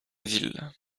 ville